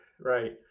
right